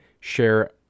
share